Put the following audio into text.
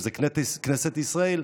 כנסת ישראל,